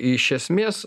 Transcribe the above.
iš esmės